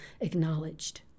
acknowledged